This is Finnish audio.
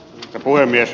puhemies